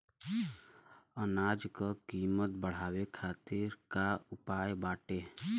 अनाज क कीमत बढ़ावे खातिर का उपाय बाटे?